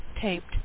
taped